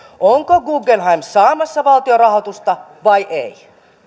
onko guggenheim saamassa valtion rahoitusta vai ei